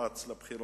הוא רץ לבחירות.